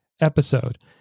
episode